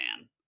man